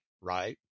right